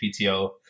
PTO